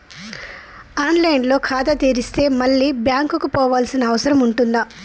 On line లో ఖాతా తెరిస్తే మళ్ళీ బ్యాంకుకు పోవాల్సిన అవసరం ఉంటుందా?